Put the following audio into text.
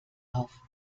auf